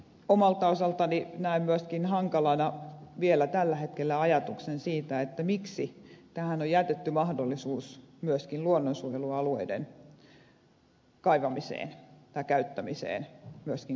omalta osaltani näen myöskin hankalana vielä tällä hetkellä ajatuksen siitä miksi tähän on jätetty mahdollisuus myöskin luonnonsuojelualueiden käyttämiseen myöskin kaivostoiminnassa